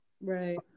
right